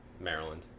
Maryland